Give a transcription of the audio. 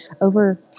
over